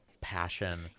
passion